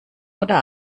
oder